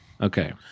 Okay